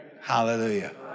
Hallelujah